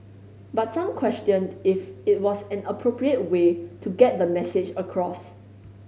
but some questioned if it was an appropriate way to get the message across